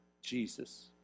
Jesus